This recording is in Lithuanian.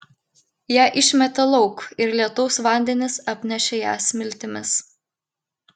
ją išmetė lauk ir lietaus vandenys apnešė ją smiltimis